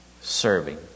serving